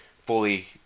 fully